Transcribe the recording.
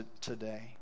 today